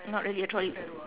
not really a trolley